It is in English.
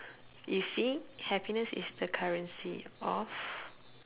you see happiness is the currency of